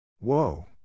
Whoa